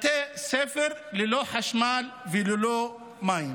שבתי ספר ללא חשמל וללא מים.